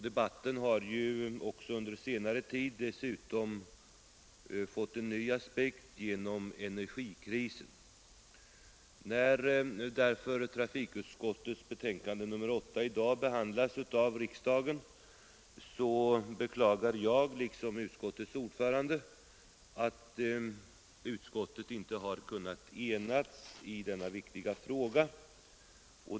Debatten har ju också under senare tid dessutom fått en ny aspekt genom energikrisen. När därför trafikutskottets betänkande nr 8 i dag behandlas av riksdagen beklagar jag liksom utskottets ordförande att utskottet inte har kunnat enas i denna viktiga fråga.